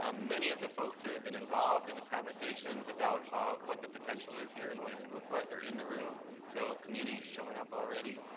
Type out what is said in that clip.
um many of the folks that have been involved in the conversations about what the potential is here and what it could look like are in the room, so community's showing up already.